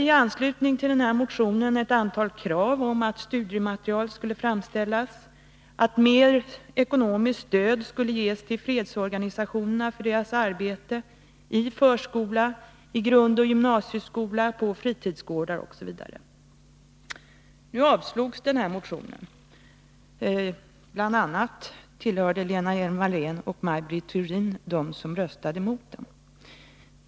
I anslutning till vår motion ställde vi ett antal krav, bl.a. att studiematerial skulle framställas och att ett ökat ekonomiskt stöd skulle ges till fredsorganisationernas arbete i förskola, i grundoch gymnasieskola, på fritidsgårdar osv. Motionen avslogs emellertid. Lena Hjelm-Wallén och Maj Britt Theorin tillhörde dem som röstade emot den.